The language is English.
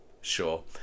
Sure